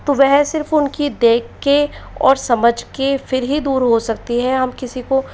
तो वह सिर्फ़ उनकी देखके और समझ के फिर ही दूर हो सकती है हम किसी को